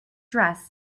dress